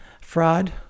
fraud